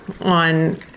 on